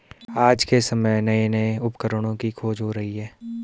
आज के समय में नये नये उपकरणों की खोज हो रही है